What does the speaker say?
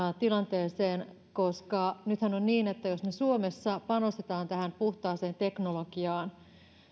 tilanteeseen koska nythän on niin että jos me suomessa panostamme puhtaaseen teknologiaan